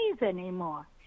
anymore